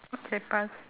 okay pass